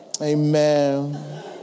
Amen